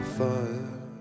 fire